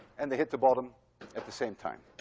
and they hit the bottom at the same time.